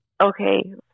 Okay